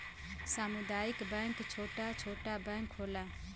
सामुदायिक बैंक छोटा छोटा बैंक होला